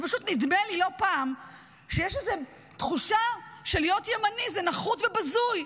פשוט נדמה לי לא פעם שיש איזה תחושה שלהיות ימני זה נחות ובזוי,